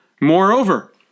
Moreover